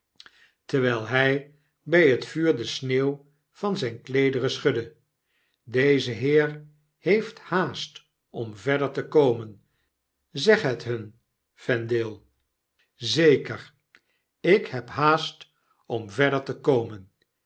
terwyl hij bg het vuur de sneeuw van zpe kleederen schudde deze heer heeft haast om verder te komen zeg het hun vendale een onaangename reis over de bergen b zeker ik heb haast om verder te komen